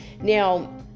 Now